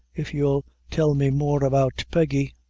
if you'll tell me more about peggy.